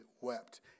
wept